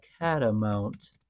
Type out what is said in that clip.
catamount